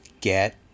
get